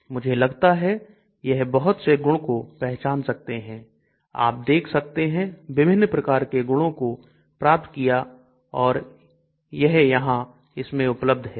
मुझे लगता है यह बहुत से गुण को पहचान सकते हैं आप देख सकते हैं विभिन्न प्रकार के गुणों को प्राप्त किया और यह यहां इसमें उपलब्ध है